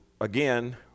again